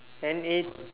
N A